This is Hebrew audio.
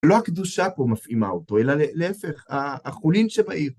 לא הקדושה פה מפעימה אותו, אלא להפך, החולין שבעיר.